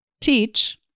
teach